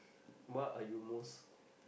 what are you most